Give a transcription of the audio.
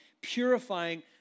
purifying